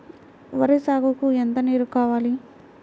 వరి సాగుకు ఎంత నీరు కావాలి?